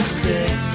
six